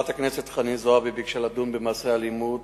חברת הכנסת חנין זועבי ביקשה לדון במעשי האלימות